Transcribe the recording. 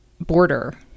border